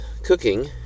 cooking